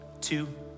two